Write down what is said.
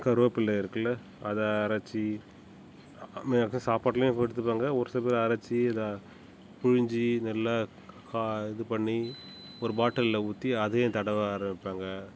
கருவேப்பில்லை இருக்குதுல்ல அதை அரைச்சு சாப்பாட்டிலயும் எடுத்துப்பாங்கள் ஒரு சில பேர் அரைச்சு இதை பிழிஞ்சு நல்லா கா இது பண்ணி ஒரு பாட்டில்ல ஊற்றி அதையும் தடவ ஆரம்பிப்பாங்கள்